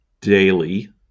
daily